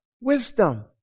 Wisdom